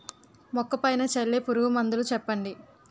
మొక్క పైన చల్లే పురుగు మందులు చెప్పండి?